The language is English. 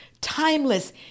timeless